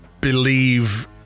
believe